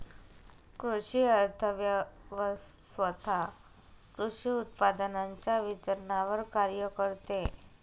कृषी अर्थव्यवस्वथा कृषी उत्पादनांच्या वितरणावर कार्य करते